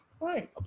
right